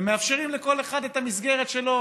ומאפשרים לכל אחד את המסגרת שלו,